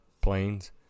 planes